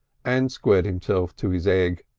and squared himself to his egg.